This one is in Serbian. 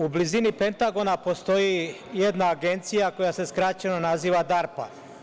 U blizini Pentagona postoji jedna agencija koja se skraćeno naziva DARPA.